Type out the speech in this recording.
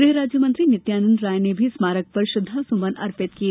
गृह राज्य मंत्री नित्यांदन राय ने भी स्मारक पर श्रद्धा सुमन अर्पित किए